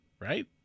Right